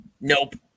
Nope